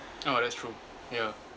oh that's true ya